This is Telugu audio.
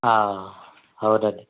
అవునండి